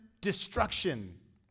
Destruction